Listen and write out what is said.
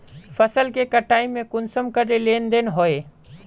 फसल के कटाई में कुंसम करे लेन देन होए?